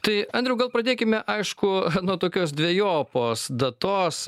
tai andriau gal pradėkime aišku nuo tokios dvejopos datos